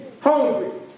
hungry